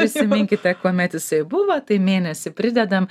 prisiminkite kuomet jisai buvo tai mėnesį pridedam